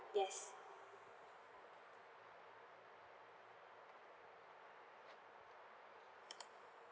yes